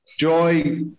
Joy